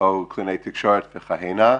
או קלינאית תקשורת וכהנה.